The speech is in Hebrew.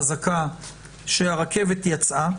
חזקה שהרכבת יצאה.